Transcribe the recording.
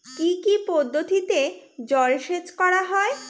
কি কি পদ্ধতিতে জলসেচ করা হয়?